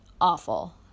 awful